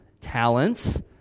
talents